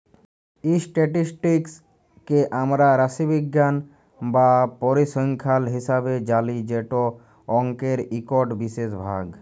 statistics কে আমরা রাশিবিজ্ঞাল বা পরিসংখ্যাল হিসাবে জালি যেট অংকের ইকট বিশেষ ভাগ